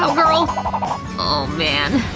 so girl! aw man,